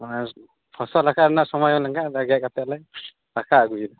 ᱯᱷᱚᱥᱚᱞ ᱨᱟᱠᱟᱵ ᱞᱮᱠᱟᱱ ᱥᱚᱢᱳᱭ ᱦᱩᱭᱞᱮᱱ ᱠᱷᱟᱡ ᱟᱫᱚ ᱜᱮᱫ ᱠᱟᱛᱮᱫ ᱞᱮ ᱨᱟᱠᱟᱵ ᱟᱹᱜᱩᱭᱟ